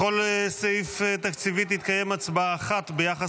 בכל סעיף תקציבי תתקיים הצבעה אחת ביחס